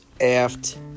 Aft